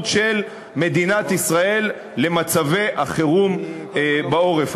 של מדינת ישראל למצבי החירום בעורף.